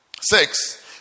Six